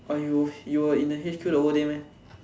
oh you you were in the H_Q the whole day meh